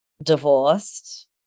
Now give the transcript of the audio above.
divorced